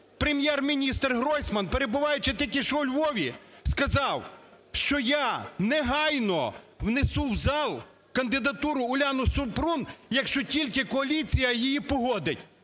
Прем'єр-міністр Гройсман, перебуваючи тільки що у Львові, сказав, що я негайно внесу в зал кандидатуру Уляни Супрун, якщо тільки коаліція її погодить.